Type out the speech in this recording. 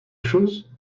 chose